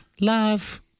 Love